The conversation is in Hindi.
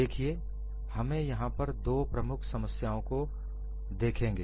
देखिए हम यहां पर दो प्रमुख समस्याओं को देखेंगें